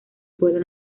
pueblo